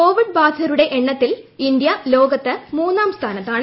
Covid ബാധിതരുടെ എണ്ണത്തിൽ India ലോകത്ത് മൂന്നാം സ്ഥാനത്താണ്